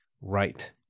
right